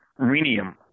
rhenium